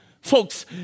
Folks